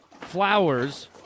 flowers